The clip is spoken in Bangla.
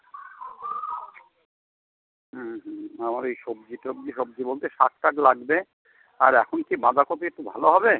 হুম হুম আমার এই সবজি টবজি সবজি বলতে শাক টাক লাগবে আর এখন কি বাঁধাকপি একটু ভালো হবে